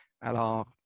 Alors